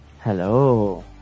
Hello